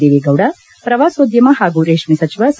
ದೇವೇಗೌಡ ಪ್ರವಾಸೋದ್ಯಮ ಹಾಗೂ ರೇಷ್ಠೆ ಸಚಿವ ಸಾ